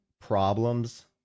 problems